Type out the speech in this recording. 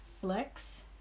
flex